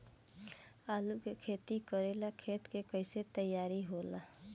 आलू के खेती करेला खेत के कैसे तैयारी होला?